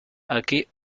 aquí